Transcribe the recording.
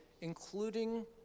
including